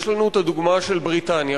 יש לנו הדוגמה של בריטניה,